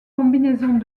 combinaisons